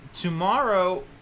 Tomorrow